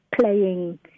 playing